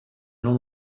non